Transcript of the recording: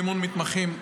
אימון מתמחים),